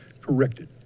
corrected